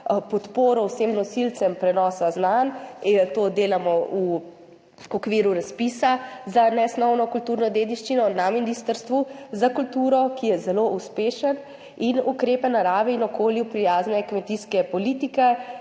podpori vsem nosilcem prenosa znanj. To delamo v okviru razpisa za nesnovno kulturno dediščino na Ministrstvu za kulturo, ki je zelo uspešen, in ukrepe naravne in okolju prijazne kmetijske politike,